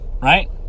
Right